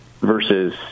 versus